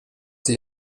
sie